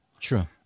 True